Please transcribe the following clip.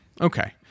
Okay